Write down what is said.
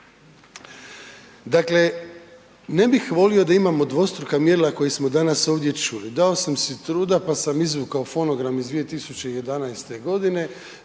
Dakle, ne bih volio da imamo dvostruka mjerila koje smo danas ovdje čuli. Dao sam si truda pa sam izvukao fonogram iz 2011. g.,